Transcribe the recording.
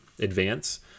Advance